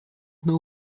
know